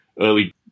early